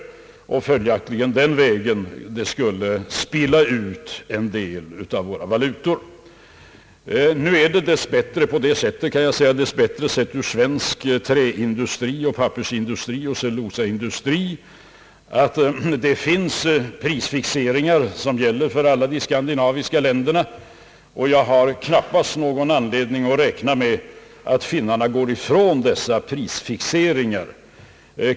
Det skulle innebära att på den vägen våra valutor till viss del skulle läcka ut. Nu är det dess bättre på det sättet kan jag säga — dess bättre med tanke på svensk trä-, pappersoch cellulosaindustri — att det finns prisfixeringar som gäller för alla de skandinaviska länderna, och jag har knappast någon anledning att räkna med att man på finsk sida Allmänpolitisk debatt går ifrån dessa prisfixeringar.